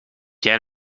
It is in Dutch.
jij